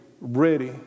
ready